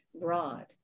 broad